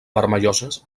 vermelloses